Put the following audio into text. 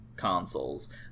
Consoles